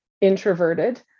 introverted